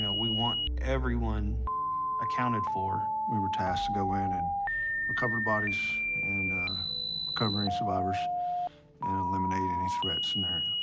you know we want everyone accounted for. we were tasked to go in and recover bodies and recover any survivors and eliminate any threat scenario.